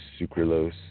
sucralose